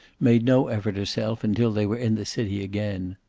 made no effort herself until they were in the city again.